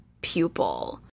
pupil